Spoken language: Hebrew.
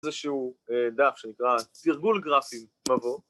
איזשהו דף שנקרא תרגול גרפים מבוא